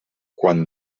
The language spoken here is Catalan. quan